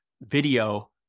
video